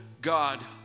God